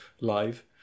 live